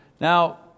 Now